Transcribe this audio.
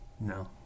No